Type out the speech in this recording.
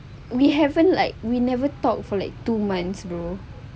we haven't like we never talk for like two months